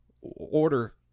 order